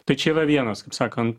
tai čia yra vienas kaip sakant